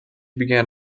began